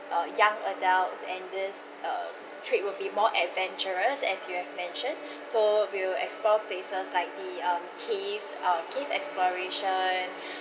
uh young adults and this uh trip will be more adventurous as you have mentioned so we'll explore places like the um caves uh cave exploration